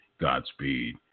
Godspeed